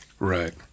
Right